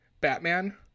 batman